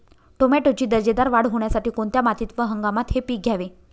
टोमॅटोची दर्जेदार वाढ होण्यासाठी कोणत्या मातीत व हंगामात हे पीक घ्यावे?